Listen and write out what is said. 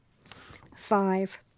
Five